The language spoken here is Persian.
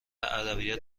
ادبیات